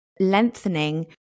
lengthening